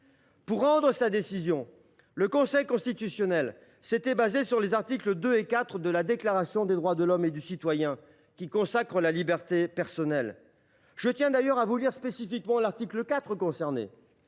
Pour rendre sa décision, le Conseil constitutionnel s’était fondé sur les articles 2 et 4 de la Déclaration des droits de l’homme et du citoyen, qui consacrent la liberté personnelle. Je tiens donc à rappeler spécifiquement les termes